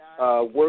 Work